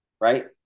right